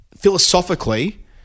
philosophically